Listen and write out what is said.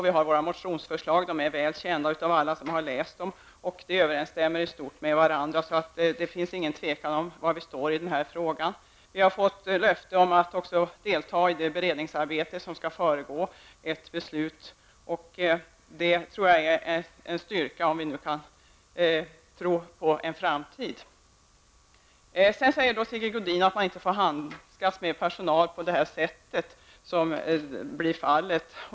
Vi har våra motionsförslag, och de är väl kända av alla som har läst dem. De överensstämmer i stort sett med varandra. Det finns ingen tvekan om var vi står i den här frågan. Vi har även fått löfte om att delta i det beredningsarbete som skall föregå ett beslut. Jag tror att det är en styrka om vi nu kan tro på en framtid. Sedan säger Sigge Godin att man inte får handskas med personal på det här sättet som nu blir fallet.